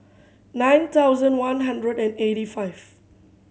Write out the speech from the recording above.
nine thousand one hundred and eighty five